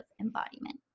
embodiment